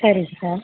சரிங்க சார்